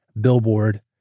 billboard